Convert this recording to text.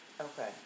Okay